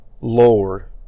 Lord